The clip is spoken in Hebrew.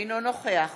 אינו נוכח